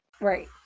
right